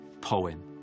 poem